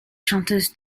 chanteuses